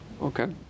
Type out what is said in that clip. Okay